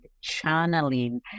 channeling